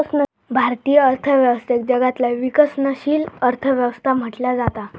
भारतीय अर्थव्यवस्थेक जगातला विकसनशील अर्थ व्यवस्था म्हटला जाता